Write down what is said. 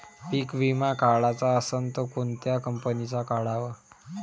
पीक विमा काढाचा असन त कोनत्या कंपनीचा काढाव?